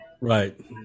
Right